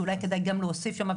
שאולי כדאי גם להוסיף שם,